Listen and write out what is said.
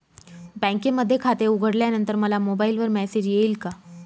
बँकेमध्ये खाते उघडल्यानंतर मला मोबाईलवर मेसेज येईल का?